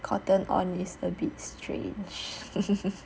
Cotton On is a bit strange